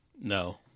No